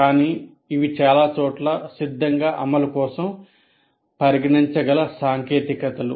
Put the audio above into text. కానీ ఇవి చాలా చోట్ల సిద్ధంగా అమలు కోసం పరిగణించగల సాంకేతికతలు